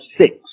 six